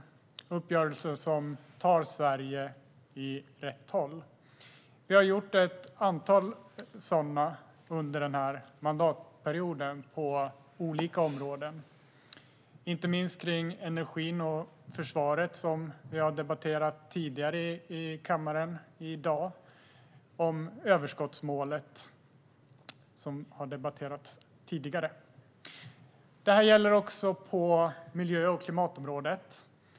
Det är uppgörelser som tar Sverige åt rätt håll. Vi har kommit överens om ett antal sådana uppgörelser under denna mandatperiod på olika områden. Det gäller inte minst energin och försvaret, som vi har debatterat tidigare i dag i kammaren, och om överskottsmålet, som har debatterats tidigare. Detta gäller också på miljö och klimatområdet.